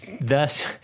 Thus